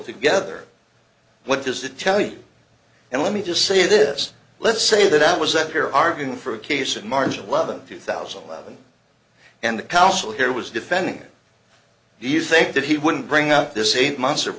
together what does it tell you and let me just say this let's say that i was up here arguing for a case in march of love the two thousand and eleven and the council here was defending it you think that he wouldn't bring up this eight months of